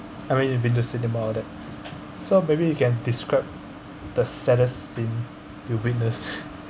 I mean you've been to cinema and all that so maybe you can describe the saddest scene you witnessed